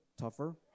tougher